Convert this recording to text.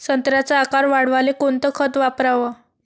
संत्र्याचा आकार वाढवाले कोणतं खत वापराव?